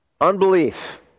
Unbelief